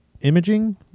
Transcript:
imaging